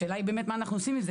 השאלה מה אנחנו עושים עם זה.